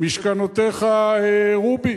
משכנותיך רובי,